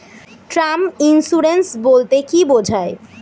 Term insurance বলতে কী বোঝায়?